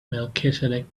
melchizedek